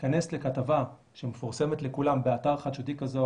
אכנס לכתבה שמפורסמת לכולם באתר חדשותי כזה או